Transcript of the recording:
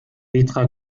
petra